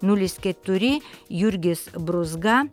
nulis keturi jurgis brūzga